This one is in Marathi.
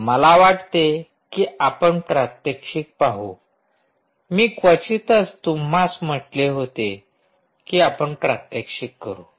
मला वाटते की आपण प्रात्यक्षिक पाहू मी क्वचितच तुम्हास म्हटले होते की आपण प्रात्यक्षिक करू